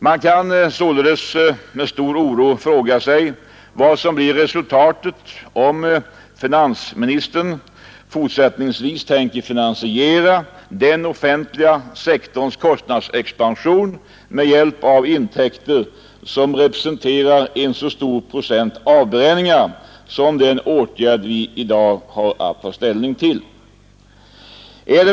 Man kan med stor oro fråga sig vad som blir resultatet om finansministern fortsättningsvis tänker finansiera den offentliga sektorns kostnadsexpansion med hjälp av intäkter som representerar en så stor procent avbränningar som den åtgärd vi i dag har att ta ställning till.